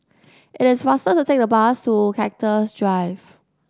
it is faster to take the bus to Cactus Drive